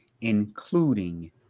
including